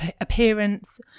appearance